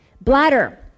Bladder